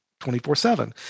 24-7